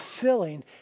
filling